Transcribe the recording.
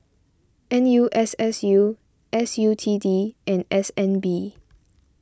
N U S S U S U T D and S N B